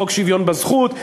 חוק שוויון בזכות.